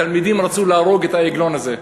התלמידים רצו להרוג את העגלון הזה,